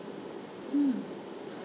mm